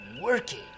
working